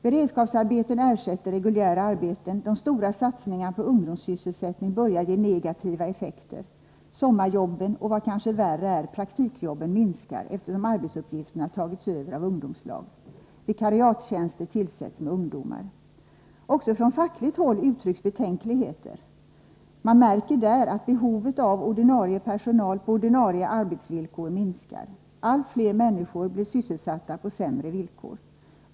Beredskapsarbeten ersätter reguljära arbeten. De stora satsningarna på ungdomssysselsättning börjar ge negativa effekter. Sommarjobben och — vad värre är — praktikjobben minskar, eftersom arbetsuppgifterna tagits över av ungdomslag. Vikariatstjänster tillsätts med ungdomar. Också från fackligt håll uttrycks betänkligheter. Man märker att behovet av ordinarie personal på ordinarie arbetsvillkor minskar. Allt fler människor blir sysselsatta på sämre villkor.